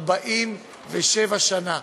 47 שנה.